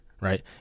right